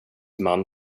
man